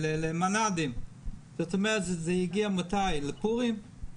זה יגיע מתי, בפורים?